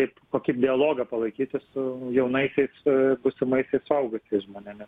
kaip kokį dialogą palaikyti su jaunaisiais būsimaisiais suaugusiais žmonėmis